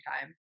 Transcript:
time